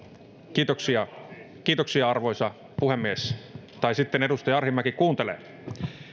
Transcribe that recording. kiitoksia kiitoksia arvoisa puhemies tai sitten edustaja arhinmäki kuuntelee